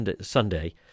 Sunday